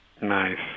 Nice